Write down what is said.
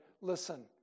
listen